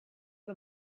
the